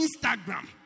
Instagram